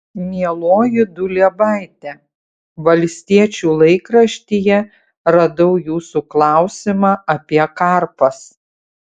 mieloji duliebaite valstiečių laikraštyje radau jūsų klausimą apie karpas